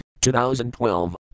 2012